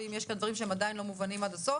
אם יש כאן דברים שעדיין לא מובנים עד הסוף,